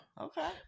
okay